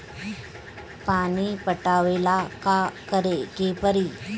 पानी पटावेला का करे के परी?